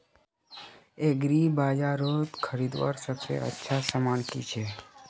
एग्रीबाजारोत खरीदवार सबसे अच्छा सामान की छे?